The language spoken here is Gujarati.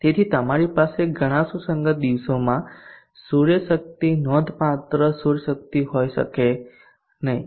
તેથી તમારી પાસે ઘણા સુસંગત દિવસોમાં સૂર્યશક્તિ નોંધપાત્ર સૂર્ય શક્તિ હોઇ શકે નહીં